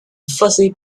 fuzzy